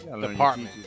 department